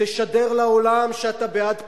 תשדר לעולם שאתה בעד פיוס,